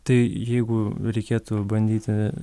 tai jeigu reikėtų bandyti